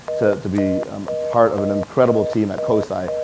to to be part of an incredible team at cosi,